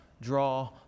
draw